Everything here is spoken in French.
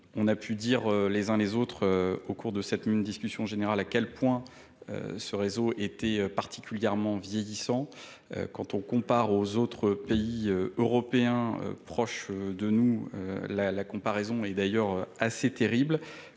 On a pu dire les uns les autres au cours de cette discussion générale, à quel point, euh, ce réseau était particulièrement vieillissant quand on compare aux autres pays européens proche de nous. La comparaison est d'ailleurs assez terrible,